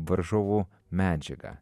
varžovų medžiagą